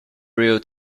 real